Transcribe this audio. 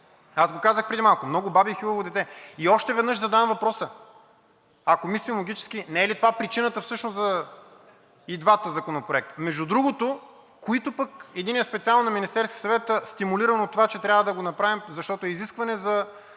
Аз го казах преди малко: „Много баби, хилаво дете.“ И още веднъж задавам въпроса: ако мислим логически, не е ли това причината всъщност за двата законопроекта? Между другото, които пък, единият специално на Министерския съвет, стимулиран от това, че трябва да го направим, защото е изискване за